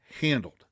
handled